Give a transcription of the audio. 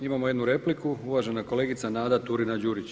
Imamo jednu repliku, uvažena kolegica Nada Turina-Đurić.